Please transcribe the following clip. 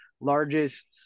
largest